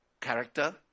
character